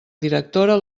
directora